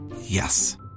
Yes